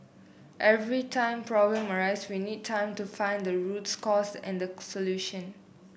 every time problem arise we need time to find the roots cause and the solution